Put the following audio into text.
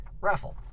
Raffle